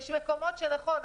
יש מקומות שנכון,